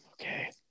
Okay